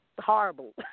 horrible